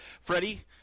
Freddie